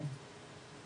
זהו.